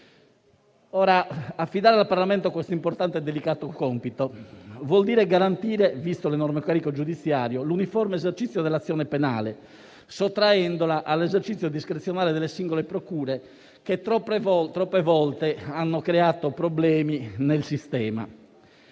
Affidare al Parlamento questo importante e delicato compito, visto l'enorme carico giudiziario, vuol dire garantire l'uniforme esercizio dell'azione penale, sottraendola all'esercizio discrezionale delle singole procure, che troppe volte hanno creato problemi nel sistema.